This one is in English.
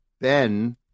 Ben